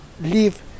leave